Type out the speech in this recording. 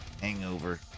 hangover